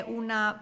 una